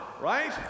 right